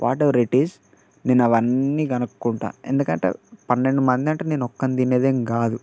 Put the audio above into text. what ever it is నేను అవన్నీ కనుక్కుంటూ ఎందుకంటే పన్నెండు మంది అంటే నేను ఒక్కడినీ తినేదేం కాదు